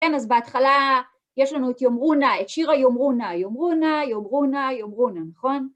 כן, אז בהתחלה יש לנו את יאמרו נא, את שיר היאמרו נא, יאמרו נא, יאמרו נא, יאמרו נא, נכון?